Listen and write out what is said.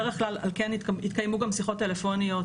התקיימו גם שיחות טלפוניות,